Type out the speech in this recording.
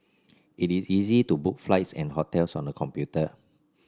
it is easy to book flights and hotels on the computer